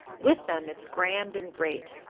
with them it's grand and great.